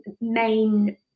main